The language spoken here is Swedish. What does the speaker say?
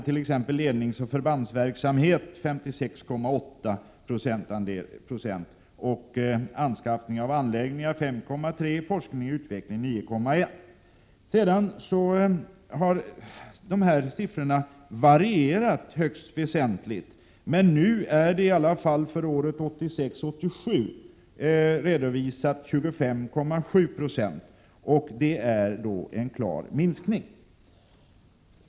Andelen ledningsoch förbandsverksamhet uppgick till 56,8 926, anskaffning av anläggningar till 5,3 70 samt forskning och utveckling till 9,1 26. Dessa siffror har sedan varierat högst väsentligt. För året 1986/87 är det i alla fall redovisat att andelen för materielanskaffning uppgår till 25,7 26, vilket är en klar minskning.